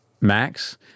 Max